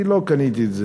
אני לא קניתי את זה.